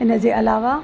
इनजे अलावा